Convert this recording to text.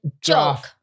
joke